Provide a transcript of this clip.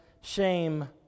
shame